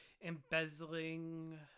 embezzling